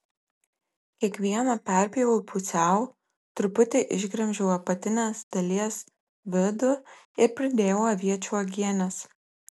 kiekvieną perpjoviau pusiau truputį išgremžiau apatinės dalies vidų ir pridėjau aviečių uogienės